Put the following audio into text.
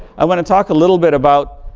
i want to talk a little bit about